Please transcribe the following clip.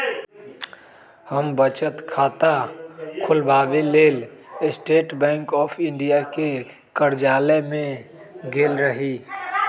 हम बचत खता ख़ोलबाबेके लेल स्टेट बैंक ऑफ इंडिया के कर्जालय में गेल रही